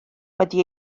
wedi